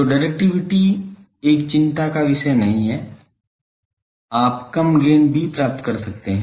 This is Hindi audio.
तो डाइरेक्टिविटी एक चिंता का विषय नहीं है आप कम गेन भी प्राप्त कर सकते हैं